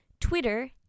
Twitter